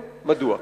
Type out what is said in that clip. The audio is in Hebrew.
2. אם כן, מדוע?